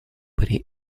при